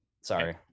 Sorry